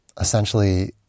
essentially